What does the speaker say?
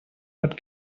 but